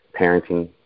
parenting